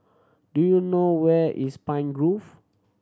do you know where is Pine Grove